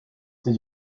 did